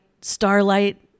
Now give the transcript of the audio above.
starlight